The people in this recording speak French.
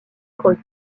cross